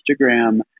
instagram